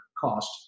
cost